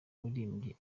umuririmbyi